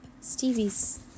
Stevie's